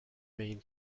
main